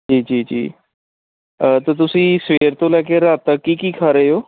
ਜੀ ਜੀ ਜੀ ਅਤੇ ਤੁਸੀਂ ਸਵੇਰ ਤੋਂ ਲੈ ਕੇ ਰਾਤ ਤੱਕ ਕੀ ਕੀ ਖਾ ਰਹੇ ਹੋ